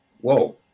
whoa